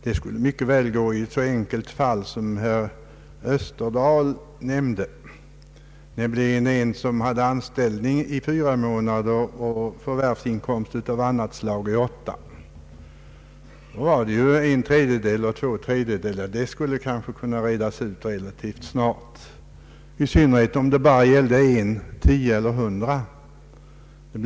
Det skulle väl gå i ett så enkelt fall som det herr Österdahl nämnde — om en person har inkomst av anställning under fyra månader av året och inkomst av annat förvärvsarbete under åtta månader, så kan det ju redas ut relativt snabbt att det rör sig om en resp. två tredjedelar. I synnerhet skulle det gå bra, om det gällde bara en, tio eller hundra inkomsttagare.